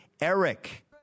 ERIC